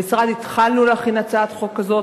במשרד התחלנו להכין הצעת חוק כזאת,